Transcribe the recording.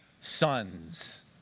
sons